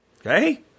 Okay